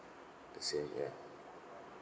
the same ya